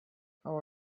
how